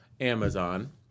Amazon